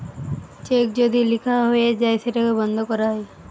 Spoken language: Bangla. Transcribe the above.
চেক যদি লিখা হয়ে যায় সেটাকে বন্ধ করা যায়